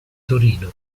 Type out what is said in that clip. torino